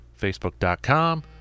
facebook.com